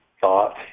thought